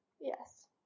Yes